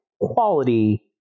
quality